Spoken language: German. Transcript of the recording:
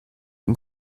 ihm